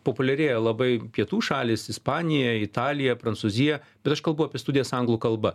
populiarėja labai pietų šalys ispanija italija prancūzija bet aš kalbu apie studijas anglų kalba